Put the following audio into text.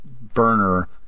burner